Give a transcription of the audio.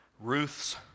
Ruth's